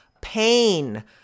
pain